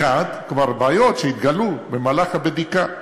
כלומר בעיות שהתגלו במהלך הבדיקה.